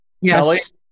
Yes